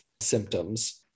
symptoms